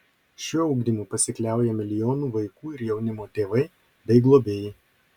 šiuo ugdymu pasikliauja milijonų vaikų ir jaunimo tėvai bei globėjai